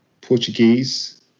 Portuguese